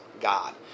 God